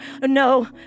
No